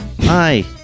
Hi